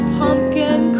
pumpkin